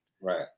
Right